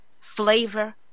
flavor